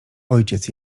ojciec